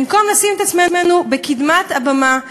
במקום לשים את עצמנו בקדמת הבמה,